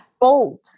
Bold